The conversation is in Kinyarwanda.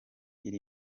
iri